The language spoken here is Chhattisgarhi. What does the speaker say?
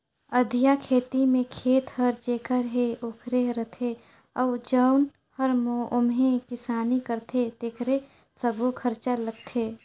अधिया खेती में खेत हर जेखर हे ओखरे रथे अउ जउन हर ओम्हे किसानी करथे तेकरे सब्बो खरचा लगथे